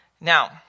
Now